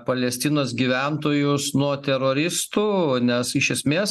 palestinos gyventojus nuo teroristų nes iš esmės